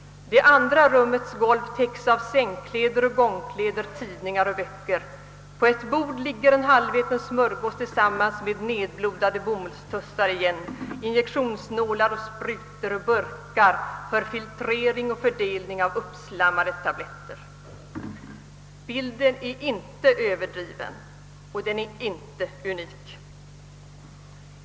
Det andra rummets golv täcks av sängkläder och gångkläder, tidningar och böcker. På ett bord ligger en halväten smörgås tillsammans med nedblodade bomullstussar, injektionsnålar, sprutor och burkar för filtrering och fördelning av uppslammade tabletter. Bilden är inte överdriven och inte unik.